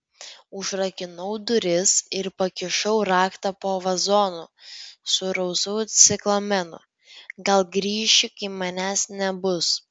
užrakinau duris ir pakišau raktą po vazonu su rausvu ciklamenu gal grįši kai manęs nebus